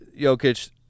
Jokic